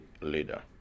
leader